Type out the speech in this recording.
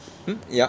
hmm ya